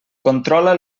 controla